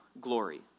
glory